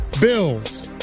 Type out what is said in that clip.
Bills